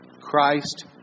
Christ